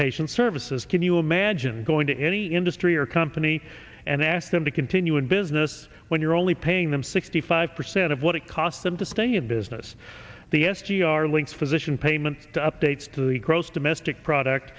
patient services can you imagine going to any industry or company and ask them to continue in business when you're only paying them sixty five percent of what it costs them to stay in business the s g r links physician payment to updates to the gross domestic product